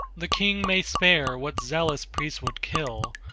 the king may spare what zealous priest would kill,